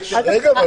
בסדר.